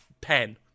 pen